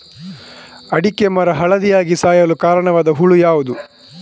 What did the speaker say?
ಅಡಿಕೆ ಮರ ಹಳದಿಯಾಗಿ ಸಾಯಲು ಕಾರಣವಾದ ಹುಳು ಯಾವುದು?